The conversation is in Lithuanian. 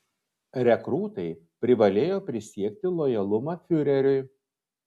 rekrūtai privalėjo prisiekti lojalumą fiureriui